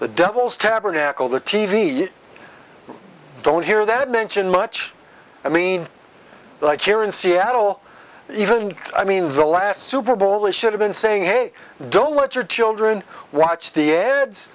the devil's tabernacle the t v you don't hear that mentioned much i mean like here in seattle even i mean the last superbowl the should have been saying hey don't let your children watch the ads